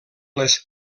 les